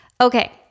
Okay